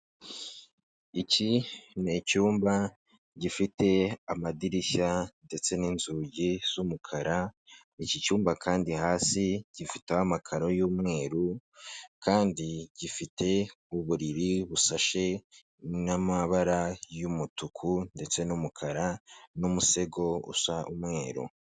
Iki ni icyumba gifite amadirishya ndetse n'inzugi z'umukara, iki cyumba kandi hasi gifiteho amakaro y'umweru kandi gifite uburiri bushashe n'amabara y'umutuku ndetse n'umukara n'umusego usa umweru.